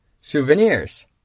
souvenirs